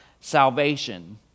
salvation